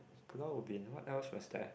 Pulau-Ubin what else was there